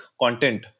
content